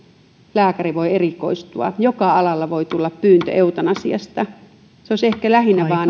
lääkäri voi erikoistua joka alalla voi tulla pyyntö eutanasiasta se olisi ehkä lähinnä